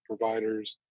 providers